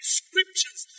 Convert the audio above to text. scriptures